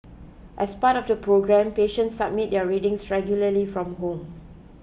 as part of the programme patients submit their readings regularly from home